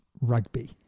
rugby